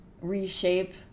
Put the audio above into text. reshape